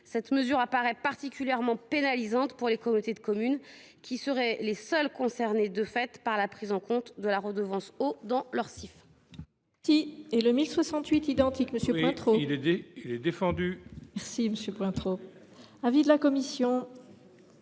Cette mesure paraît particulièrement pénalisante pour les communautés de communes, qui seraient les seules concernées par la prise en compte de la redevance eau dans leur CIF.